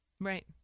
Right